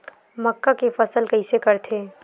मक्का के फसल कइसे करथे?